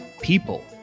people